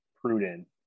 prudent